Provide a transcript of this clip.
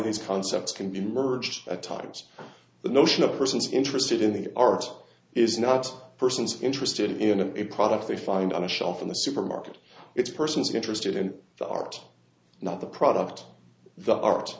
these concepts can be merged at times the notion of a person's interested in the art is not persons interested in a product they find on a shelf in the supermarket it's persons interested in the art not the product the art